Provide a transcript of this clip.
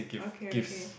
okay okay